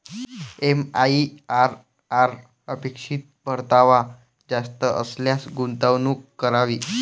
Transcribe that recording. MIRR अपेक्षित परतावा जास्त असल्यास गुंतवणूक करावी